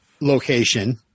Location